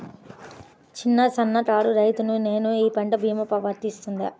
చిన్న సన్న కారు రైతును నేను ఈ పంట భీమా వర్తిస్తుంది?